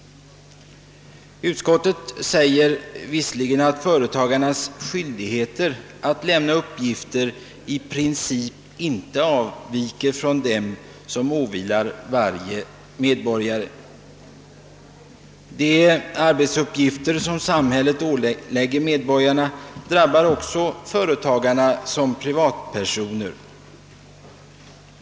Utskottet säger att företagarnas skyldigheter att lämna uppgifter inte i princip avviker från dem som åvilar varje medborgare. De arbetsuppgifter som samhället ålägger medborgarna drabbar också företagarna som privatpersoner.